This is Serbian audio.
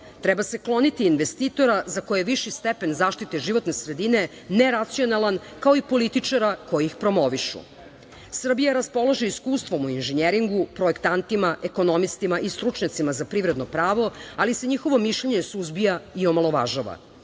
Treba se kloniti investitora za koje je viši stepen zaštite životne sredine neracionalan, kao i političara koji ih promovišu. Srbija raspolaže iskustvom u inženjeringu, projektantima, ekonomistima i stručnjacima za privredno pravo, ali se njihovo mišljenje suzbija i omalovažava.